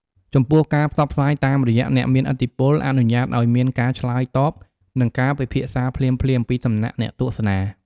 ចំពោះការផ្សព្វផ្សាយតាមរយៈអ្នកមានឥទ្ធិពលអនុញ្ញាតឱ្យមានការឆ្លើយតប និងការពិភាក្សាភ្លាមៗពីសំណាក់អ្នកទស្សនា។